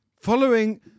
Following